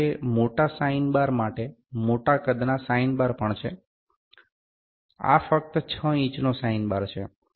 જો કે મોટા સાઈન બાર માટે મોટા કદના સાઈન બાર પણ છે આ ફક્ત 6 ઇંચનો સાઇન બાર છે